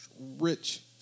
Rich